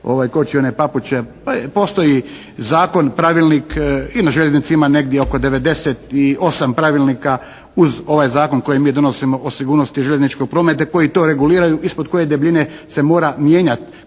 kočione papuče. Postoji zakon, pravilnik i na željeznici ima negdje oko 98 pravilnika uz ovaj Zakon koji mi donosimo o sigurnosti željezničkog prometa i koji to reguliraju, ispod koje debljine se mora mijenjati